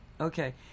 Okay